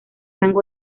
rango